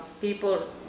people